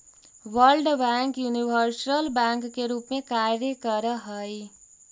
world bank universal bank के रूप में कार्य करऽ हइ